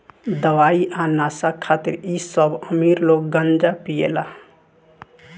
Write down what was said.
दवाई आ नशा खातिर इ सब अमीर लोग गांजा पियेला